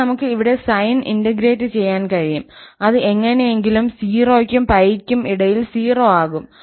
പിന്നെ നമുക്ക് ഇവിടെ സൈൻ ഇന്റഗ്രേറ്റ് ചെയ്യാൻ കഴിയും അത് എങ്ങനെയെങ്കിലും 0 ക്കും π ക്കും ഇടയിൽ 0 ആകും